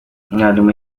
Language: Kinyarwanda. umwarimu